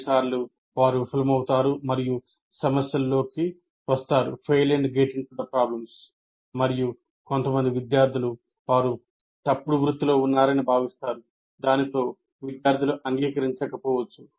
కొన్నిసార్లు వారు విఫలమవుతారు మరియు సమస్యల్లోకి వస్తారు మరియు కొంతమంది విద్యార్థులు వారు తప్పు వృత్తిలో ఉన్నారని భావిస్తారు దానితో తల్లిదండ్రులు అంగీకరించకపోవచ్చు